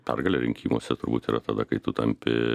pergalė rinkimuose turbūt yra tada kai tu tampi